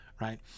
right